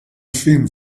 film